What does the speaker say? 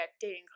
dating